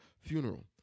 funeral